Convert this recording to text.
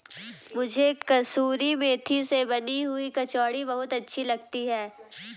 मुझे कसूरी मेथी से बनी हुई कचौड़ी बहुत अच्छी लगती है